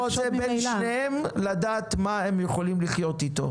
רוצה בין שניהם לדעת מהם הם יכולים לחיות איתו.